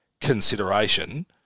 consideration